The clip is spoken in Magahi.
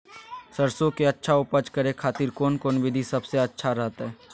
सरसों के अच्छा उपज करे खातिर कौन कौन विधि सबसे अच्छा रहतय?